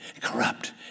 corrupt